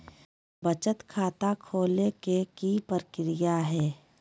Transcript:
बचत खाता खोले के कि प्रक्रिया है?